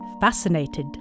fascinated